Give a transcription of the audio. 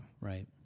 right